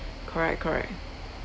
correct correct